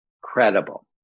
credible